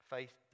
Faith